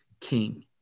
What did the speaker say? King